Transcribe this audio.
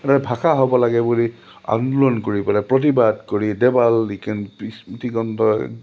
এটা ভাষা হ'ব লাগে বুলি আন্দোলন কৰি পেলাই প্ৰতিবাদ কৰি দেৱাল স্মৃতি গ্ৰন্থ